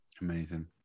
Amazing